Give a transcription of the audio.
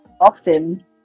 often